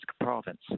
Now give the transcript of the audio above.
province